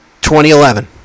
2011